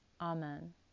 Amen